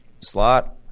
slot